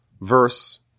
verse